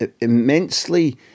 immensely